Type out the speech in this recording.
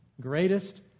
greatest